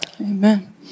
amen